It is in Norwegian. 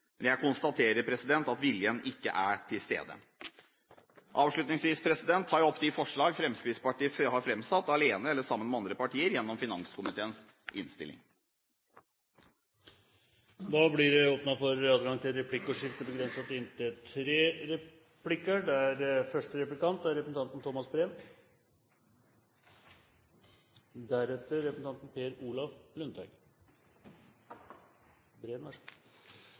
jeg konstaterer at viljen ikke er til stede. Avslutningsvis tar jeg opp de forslag Fremskrittspartiet har framsatt, alene eller sammen med andre partier, i finanskomiteens innstilling. Representanten Ulf Leirstein har tatt opp de forslagene han refererte til. Det blir åpnet for replikkordskifte. I Fremskrittspartiets merknader står det